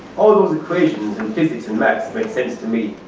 all those equations in physics and math made sense to me.